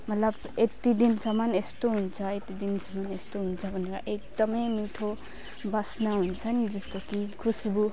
मतलब यति दिनसम्म यस्तो हुन्छ यति दिनसम्म यस्तो हुन्छ भनेर एकदम मिठो वासना हुन्छ नि जस्तो कि खुसबु